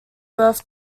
birth